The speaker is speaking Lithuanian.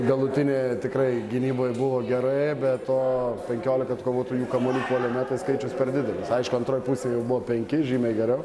galutinė tikrai gynyboj buvo gerai be to penkiolika atkovotų jų kamuolių puolime tai skaičius per didelis aišku antroj pusėj jau buvo penki žymiai geriau